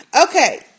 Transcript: Okay